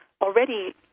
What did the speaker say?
already